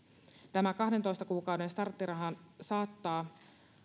tämä kahdentoista kuukauden starttiraha saattaa